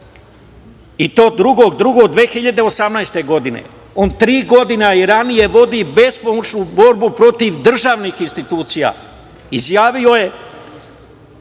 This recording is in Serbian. i to 02.02.2018. godine. On tri godine, a i ranije, vodi bespomučnu borbu protiv državnih institucija. Izjavio je